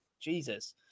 Jesus